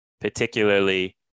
particularly